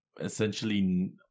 essentially